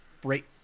break